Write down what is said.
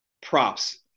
props